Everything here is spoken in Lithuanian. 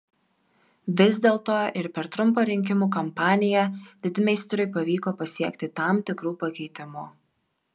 vis dėlto ir per trumpą rinkimų kampaniją didmeistriui pavyko pasiekti tam tikrų pakeitimų